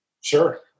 Sure